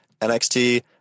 NXT